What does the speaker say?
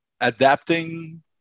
adapting